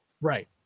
right